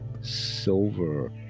silver